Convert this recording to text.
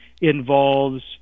involves